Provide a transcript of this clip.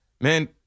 Man